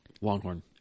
Longhorn